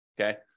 okay